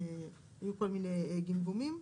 היו כל מיני גמגומים.